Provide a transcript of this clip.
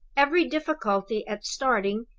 every difficulty, at starting,